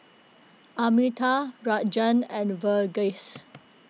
Amitabh Rajan and Verghese